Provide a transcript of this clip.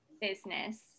business